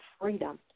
freedom